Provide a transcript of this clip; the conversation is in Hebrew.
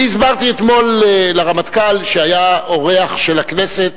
הסברתי אתמול לרמטכ"ל, שהיה אורח של הכנסת